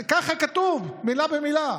ככה כתוב, מילה במילה.